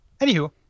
Anywho